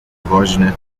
woźny